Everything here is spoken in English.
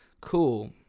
cool